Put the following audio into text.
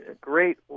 great